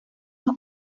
dos